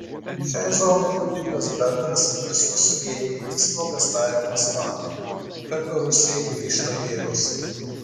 šiai zonai būdingas bendras visus vienijantis nuogąstavimas matant kad rusijai grįžta jėgos